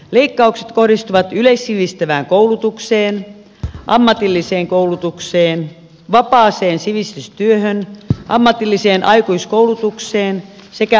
leikkaukset kohdistuvat yleissivistävään koulutukseen ammatilliseen koulutukseen vapaaseen sivistystyöhön ammatilliseen aikuiskoulutukseen sekä ammattikorkeakouluihin